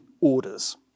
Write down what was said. orders